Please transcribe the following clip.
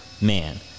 man